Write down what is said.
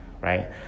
right